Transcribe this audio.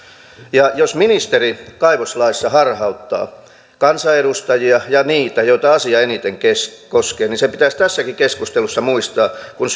ja jos ministeri kaivoslaissa harhauttaa kansanedustajia ja niitä joita asia eniten koskee niin se pitäisi tässäkin keskustelussa muistaa kun